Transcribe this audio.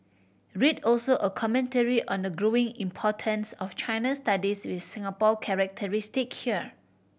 read also a commentary on the growing importance of China studies with Singapore characteristic here